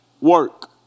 work